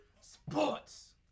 Sports